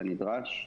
הנדרש,